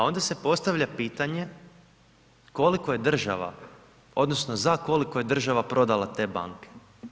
A onda se postavlja pitanje koliko je država odnosno za koliko je država prodala te banke.